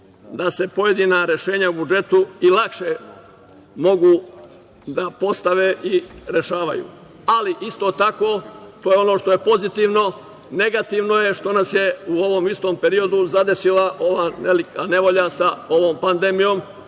da se pojedina rešenja u budžetu i lakše mogu da postave i rešavaju. To je ono što je pozitivno. Negativno je što nas je u ovom istom periodu zadesila ova velika nevolja sa ovom pandemijom